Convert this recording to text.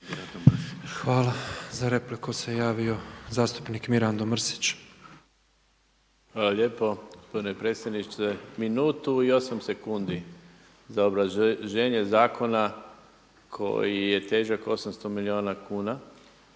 Hvala. Za repliku se javio zastupnik Mirando Mrsić. **Mrsić, Mirando (SDP)** Hvala lijepo. Gospodine predsjedniče. Minutu i osam sekundi za obrazloženje zakona koji je težak 800 milijuna kuna,